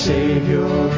Savior